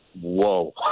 whoa